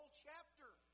chapter